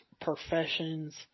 professions